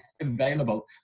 available